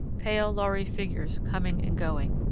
pale lhari figures coming and going.